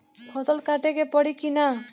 फसल काटे के परी कि न?